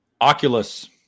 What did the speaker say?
oculus